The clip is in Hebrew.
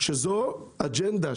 שזו אג'נדה,